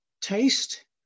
Taste